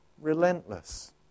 relentless